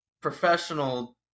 professional